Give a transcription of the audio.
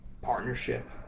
Partnership